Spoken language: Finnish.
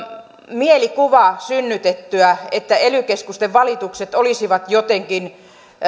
mielikuva synnytettyä että ely keskusten valitukset olisivat jotenkin